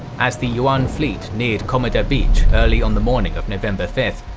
as the yuan fleet neared komoda beach early on the morning of november fifth,